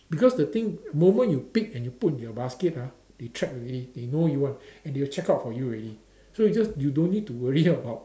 because the thing moment you pick and you put into your basket ah they track already they know you one and they will check out for you already so you just you don't need to worry about